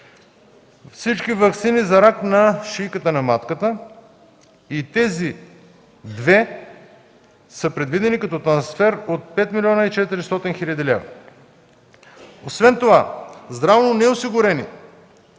Всички ваксини за рак на шийката на матката и тези две са предвидени като трансфер от 5 млн. 400 хил. лв. Освен това – здравно неосигурени